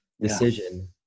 decision